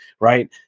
right